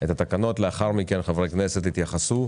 את התקנות, לאחר מכן חברי הכנסת יתייחסו,